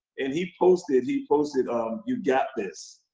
and he posted he posted um you got this,